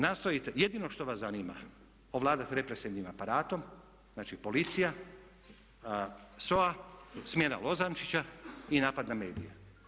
Nastojite, jedino što vas zanima ovladati represivnim aparatom, znači policija, SOA, smjena Lozančića i napad na medije.